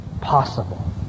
possible